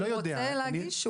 הוא רוצה להגיש?